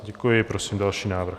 Děkuji, prosím další návrh.